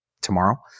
tomorrow